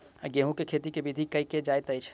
गेंहूँ केँ खेती केँ विधि सँ केल जाइत अछि?